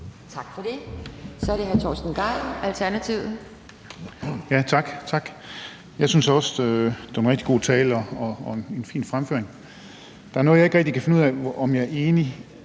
Tak for det. Så er det hr. Torsten Gejl, Alternativet. Kl. 17:35 Torsten Gejl (ALT): Tak. Jeg synes også, det var en rigtig god tale og en fin fremføring. Der er noget, jeg ikke rigtig kan finde ud af om jeg er enig